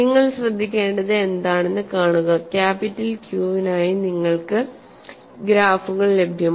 നിങ്ങൾ ശ്രദ്ധിക്കേണ്ടത് എന്താണെന്ന് കാണുക ക്യാപിറ്റൽ ക്യൂവിനായി നിങ്ങൾക്ക് ഗ്രാഫുകൾ ലഭ്യമാണ്